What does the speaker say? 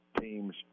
teams